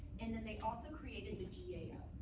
and then they also created the gao.